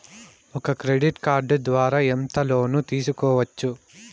ఒక credit card ద్వారా ఎంత లోను తీసుకోవచ్చు?